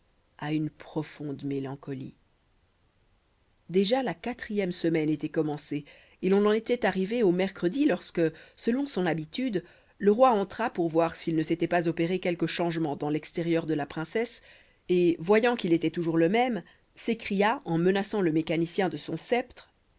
à une profonde mélancolie déjà la quatrième semaine était commencée et l'on en était arrivé au mercredi lorsque selon son habitude le roi entra pour voir s'il ne s'était pas opéré quelque changement dans l'extérieur de la princesse et voyant qu'il était toujours le même s'écria en menaçant le mécanicien de son sceptre